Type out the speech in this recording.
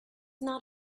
not